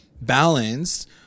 balanced